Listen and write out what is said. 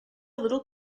little